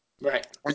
Right